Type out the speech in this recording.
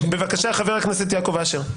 בבקשה, חבר הכנסת יעקב אשר.